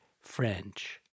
French